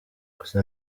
gusa